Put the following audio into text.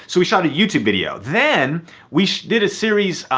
so we shot a youtube video. then we did a series,